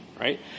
right